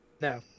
No